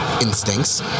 instincts